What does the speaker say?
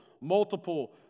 multiple